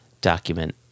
document